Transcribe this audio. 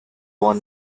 won